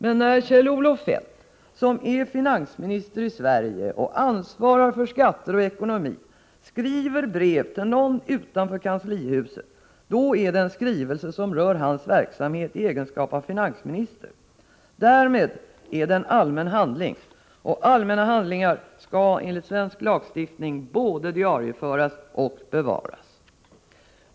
Men när Kjell-Olof Feldt, som är finansminister i Sverige och ansvarar för skatter och ekonomi, skriver till någon utanför kanslihuset, då är det en skrivelse som rör hans verksamhet i egenskap av finansminister. Därmed är det en allmän handling, och allmänna handlingar skall enligt svensk lagstiftning både diarieföras och bevaras.